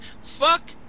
Fuck